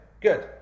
Good